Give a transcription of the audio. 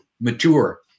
mature